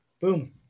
boom